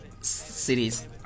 cities